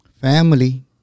family